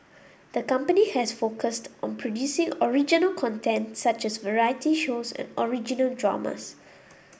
the company has focused on producing original content such as variety shows and original dramas